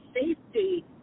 safety